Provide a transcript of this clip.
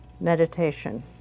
meditation